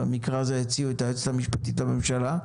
במקרה הזה הציעו את היועצת המשפטית לממשלה,